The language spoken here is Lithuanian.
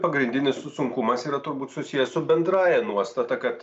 pagrindinis sunkumas yra turbūt susiję su bendrąja nuostata kad